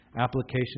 application